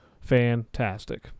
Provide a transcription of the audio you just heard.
Fantastic